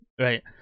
Right